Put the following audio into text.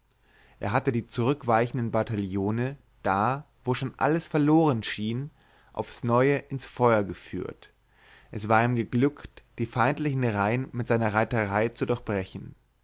er hatte die zurückweichenden bataillone da wo schon alles verloren schien aufs neue ins feuer geführt es war ihm geglückt die feindlichen reihen mit seiner reuterei zu durchbrechen